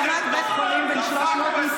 הרי את הלכת לנחם שהידים, את נגד הערבים?